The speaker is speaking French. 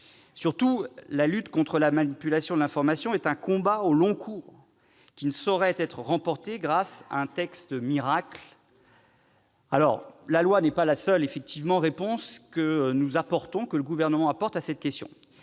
Surtout, la lutte contre la manipulation de l'information est un combat au long cours qui ne saurait être remporté grâce à un texte « miracle ». La loi n'est pas la seule réponse que le Gouvernement apporte à cette question.